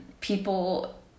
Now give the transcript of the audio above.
people